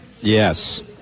Yes